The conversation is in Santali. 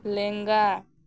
ᱞᱮᱝᱜᱟ